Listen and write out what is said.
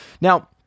Now